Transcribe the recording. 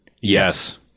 Yes